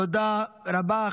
תודה רבה.